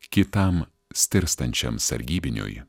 kitam stirstančiam sargybiniui